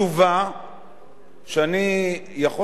שאני יכול להבין גם מאיפה היא באה,